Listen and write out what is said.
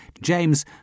James